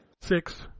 Six